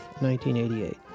1988